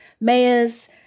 mayors